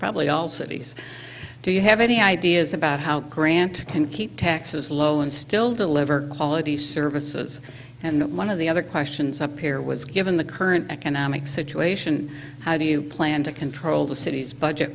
probably all cities do you have any ideas about how grand to can keep taxes low and still deliver quality services and one of the other questions up here was given the current economic situation how do you plan to control the city's budget